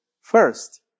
first